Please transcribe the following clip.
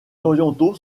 orientaux